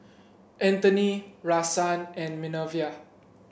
Antony Rahsaan and Minervia